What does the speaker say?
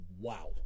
wow